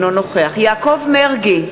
אינו נוכח יעקב מרגי,